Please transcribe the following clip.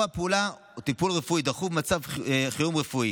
או אם הפעולה היא טיפול רפואי דחוף במצב חירום רפואי.